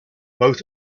both